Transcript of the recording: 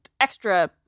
extra